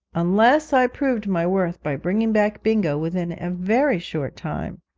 unless i proved my worth by bringing back bingo within a very short time,